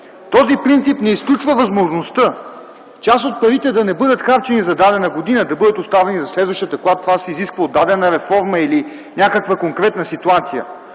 Този принцип не изключва възможността част от парите да не бъдат харчени за дадена година, да бъдат оставени за следващата, когато това се изисква от дадена реформа или някаква конкретна ситуация.